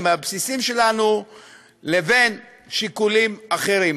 הבסיסיים שלנו לבין שיקולים אחרים,